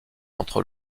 entre